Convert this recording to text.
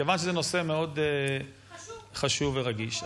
כיוון שזה נושא מאוד חשוב ורגיש.